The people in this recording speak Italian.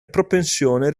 propensione